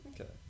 okay